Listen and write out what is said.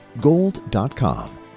gold.com